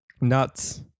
nuts